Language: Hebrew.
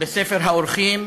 בספר האורחים: